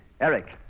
Eric